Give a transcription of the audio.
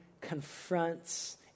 confronts